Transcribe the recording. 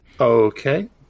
Okay